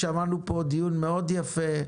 שמענו פה דיון מאוד יפה,